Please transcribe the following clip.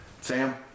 Sam